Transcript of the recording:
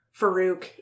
Farouk